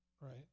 right